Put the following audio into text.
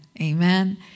Amen